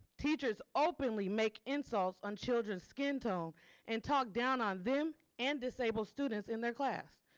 teachers openly make insults on children's skin tone and talk down on them and disabled students in their class.